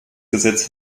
gesetz